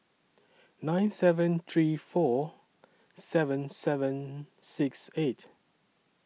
nine seven three four seven seven six eight